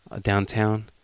downtown